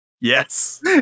Yes